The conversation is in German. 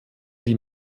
die